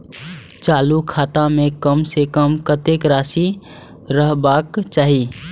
चालु खाता में कम से कम कतेक राशि रहबाक चाही?